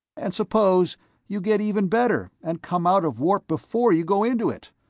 and suppose you get even better and come out of warp before you go into it?